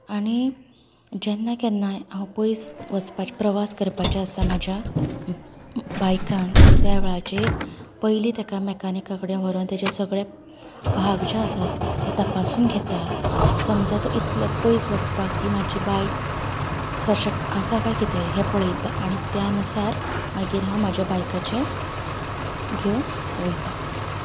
आनी जेन्ना केन्नाय हांव पयस वचपाच प्रवास करपाचे आसता म्हाज्या बायकान त्या वेळाचेर पयलीं तेका मेकानिका कडेन व्हरोन तेचे सगळें भाग जे आसात तें तपासून घेतां समजा आता इतले पयस वचपाक ती म्हाजी बायक सशक्त आसा काय कितें हें पळयता आनी त्यानुसार मागीर हांव म्हज्या बायकाचे घेवन वयता